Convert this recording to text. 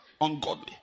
ungodly